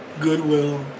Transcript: Goodwill